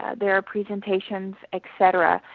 there are presentations, etc,